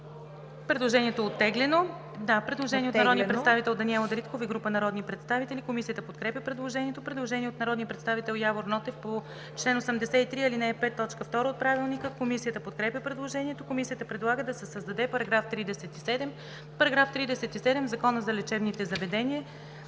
Предложението е оттеглено.